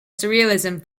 surrealism